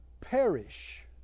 perish